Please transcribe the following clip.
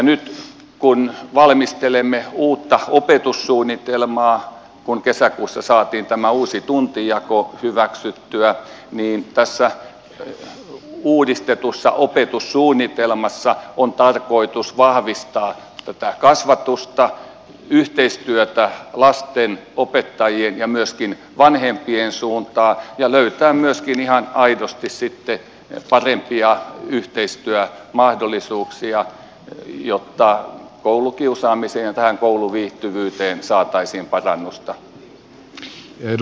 nyt kun valmistelemme uutta opetussuunnitelmaa kun kesäkuussa saatiin tämä uusi tuntijako hyväksyttyä niin tässä uudistetussa opetussuunnitelmassa on tarkoitus vahvistaa tätä kasvatusta yhteistyötä lasten opettajien ja myöskin vanhempien suuntaan ja löytää myöskin ihan aidosti sitten parempia yhteistyömahdollisuuksia jotta koulukiusaamiseen ja tähän kouluviihtyvyyteen saataisiin parannusta